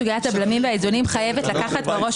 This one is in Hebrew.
סוגיית הבלמים והאיזונים חייבת לקחת בראש